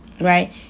right